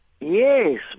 Yes